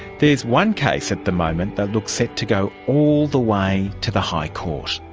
there's one case at the moment that looks set to go all the way to the high court.